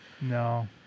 No